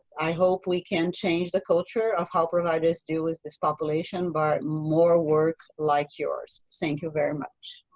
i hope we can change the culture of how providers do is this population but more work like yours. thank you very much.